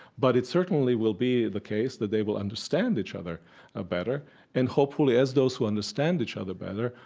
but it certainly will be the case that they will understand each other ah better and, hopefully, as those who understand each other better,